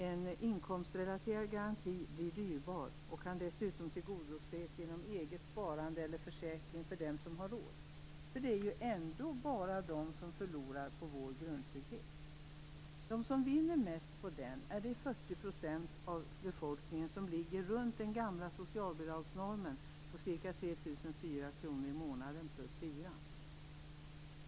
En inkomstrelaterad garanti blir dyrbar och kan dessutom tillgodoses genom eget sparande eller försäkring för dem som har råd - för det är ju ändå bara de som förlorar på vår grundtrygghet. De som vinner mest på den är de 40 % av befolkningen som ligger runt den gamla socialbidragsnormen om ca 3 400 kr i månaden plus hyra.